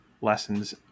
lessons